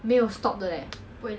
跟你跑 ah